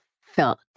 felt